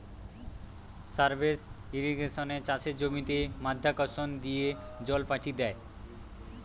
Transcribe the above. surface ইর্রিগেশনে চাষের জমিতে মাধ্যাকর্ষণ দিয়ে জল পাঠি দ্যায়